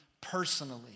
personally